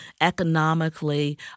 economically